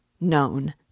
Known